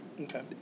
Okay